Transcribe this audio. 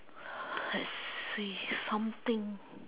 let's see something